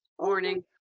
Morning